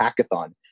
hackathon